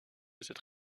cette